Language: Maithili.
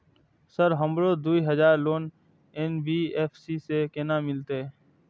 सर हमरो दूय हजार लोन एन.बी.एफ.सी से केना मिलते?